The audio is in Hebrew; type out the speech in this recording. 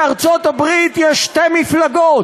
בארצות-הברית יש שתי מפלגות,